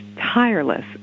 tireless